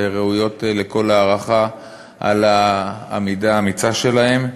ראויות לכל הערכה על העמידה האמיצה שלהן.